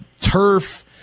turf